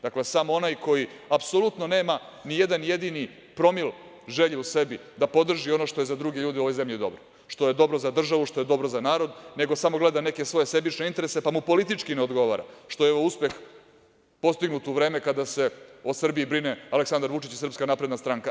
Dakle, samo onaj koji apsolutno nema ni jedan jedini promil želje u sebi da podrži ono što je za druge ljude u ovoj zemlji dobro, što je dobro za državu, što je dobro za narod, nego samo gleda neke svoje sebične interese, pa mu politički ne odgovara što je uspeh postignut u vreme kada se o Srbiji brine Aleksandar Vučić i SNS.